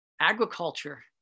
agriculture